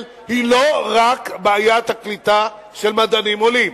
היא לא רק בעיית הקליטה של מדענים עולים.